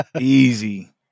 Easy